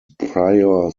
prior